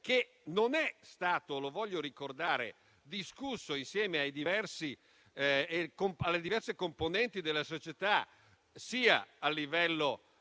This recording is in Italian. che non è stato - lo voglio ricordare - discusso insieme alle diverse componenti della società, sia a livello